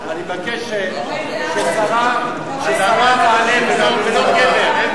אני מבקש ששרה תענה, ולא גבר.